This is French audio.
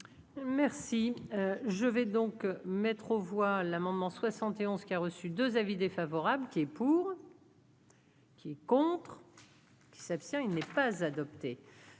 Merci, je vais donc mettre aux voix l'amendement 71 qui a reçu 2 avis défavorables qui est pour. Qui est contre qui s'abstient, il n'est pas adopté,